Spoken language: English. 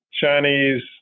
Chinese